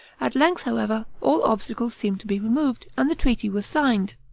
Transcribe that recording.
at length, however, all obstacles seemed to be removed, and the treaty was signed.